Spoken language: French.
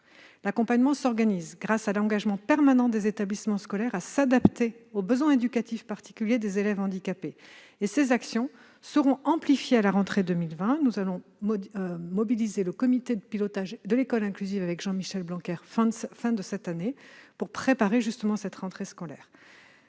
L'accompagnement s'organise grâce à l'engagement permanent des établissements scolaires à s'adapter aux besoins éducatifs particuliers des élèves handicapés. Ces actions seront amplifiées à la rentrée de 2020. Avec Jean-Michel Blanquer, nous allons mobiliser le comité de pilotage de l'école inclusive à la fin de cette année pour préparer cette rentrée, dans